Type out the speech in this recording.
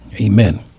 Amen